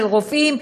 של רופאים,